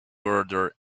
border